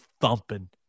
thumping